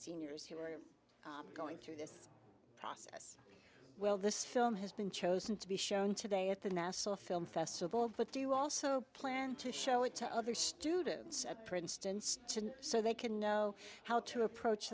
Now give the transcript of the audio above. seniors who are going through this process well this film has been chosen to be shown today at the national film festival but do you also plan to show it to other students at princeton so they can know how to approach